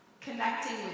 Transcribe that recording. connecting